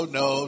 no